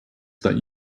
that